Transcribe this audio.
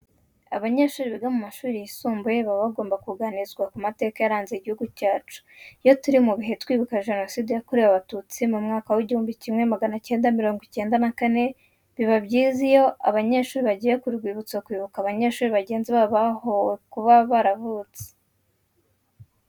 Abanyeshuri biga mu mashuri yisumbuye baba bagomba kuganirizwa ku mateka yaranze Igihugu cyacu cy'u Rwanda. Iyo turi mu bihe twibuka Jenoside yakorewe Abatutsi mu mwaka w'igihumbi kimwe magana cyenda mirongo cyenda na kane, biba byiza iyo aba banyeshuri bagiye ku rwibutso kwibuka abanyeshuri bagenzi babo bahowe kuba baravutse.